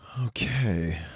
Okay